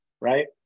right